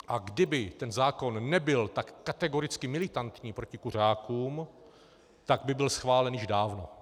A kdyby zákon nebyl tak kategoricky militantní proti kuřákům, tak by byl schválen již dávno.